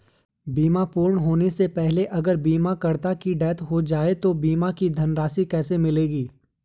बीमा पूर्ण होने से पहले अगर बीमा करता की डेथ हो जाए तो बीमा की धनराशि किसे मिलेगी?